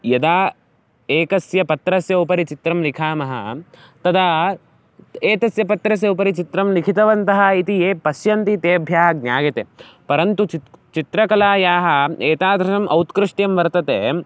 यदा एकस्य पत्रस्य उपरि चित्रं लिखामः तदा एतस्य पत्रस्य उपरि चित्रं लिखितवन्तः इति ये पश्यन्ति तेभ्यः ज्ञायते परन्तु चि चित्रकलायाः एतादृशम् औत्कृष्ट्यं वर्तते